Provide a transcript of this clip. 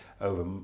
over